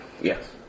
Yes